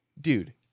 dude